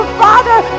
father